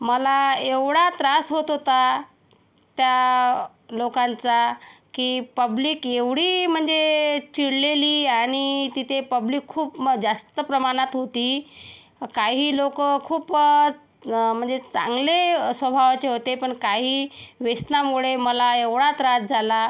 मला एवढा त्रास होत होता त्या लोकांचा की पब्लिक एवढी म्हणजे चिडलेली आणि तिथे पब्लिक खूप जास्त प्रमाणात होती काही लोकं खूपच म्हणजे चांगल्या स्वभावाचे होते पण काही व्यसनामुळे मला एवढा त्रास झाला